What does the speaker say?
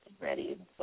ready